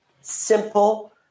simple